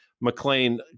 McLean